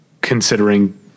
considering